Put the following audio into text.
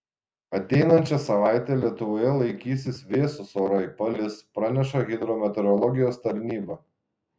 ateinančią savaitę lietuvoje laikysis vėsūs orai palis praneša hidrometeorologijos tarnyba